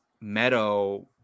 Meadow